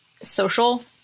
social